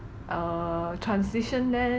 err transition lens